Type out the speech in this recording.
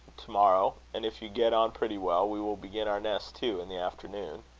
to-morrow. and if you get on pretty well, we will begin our nest, too, in the afternoon.